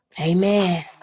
Amen